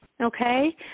Okay